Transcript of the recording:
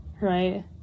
right